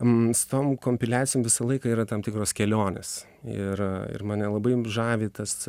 m su tom kompiliacijom visą laiką yra tam tikros kelionės ir ir mane labai žavi tas